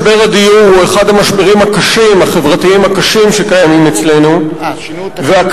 משבר הדיור הוא אחד המשברים החברתיים הקשים שקיימים אצלנו והכלי